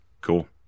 Cool